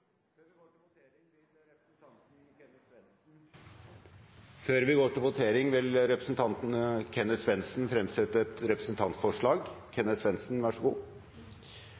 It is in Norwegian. Før vi går til votering vil representanten Kenneth Svendsen fremsette et representantforslag.